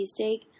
cheesesteak